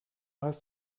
hast